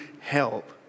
help